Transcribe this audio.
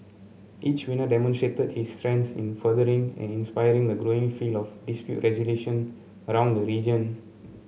each winner demonstrated his strengths in furthering and inspiring the growing field of dispute resolution around the region